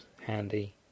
handy